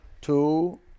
Two